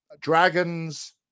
Dragons